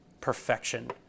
perfection